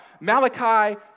Malachi